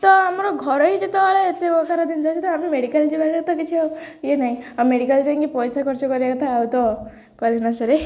ତ ଆମର ଘର ହିଁ ଯେତେବେଳେ ଏତେ ପ୍ରକାର ଜିନିଷ ଅଛି ତ ଆମେ ମେଡ଼ିକାଲ ଯିବାରେ ତ କିଛିଉ ଇଏ ନାହିଁ ଆମେ ମେଡ଼ିକାଲ ଯାଇକି ପଇସା ଖର୍ଚ୍ଚ କରିବା କଥା ଆଉ ତ କହିଲେ ନ ସରେ